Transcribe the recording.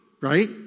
Right